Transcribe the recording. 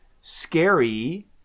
scary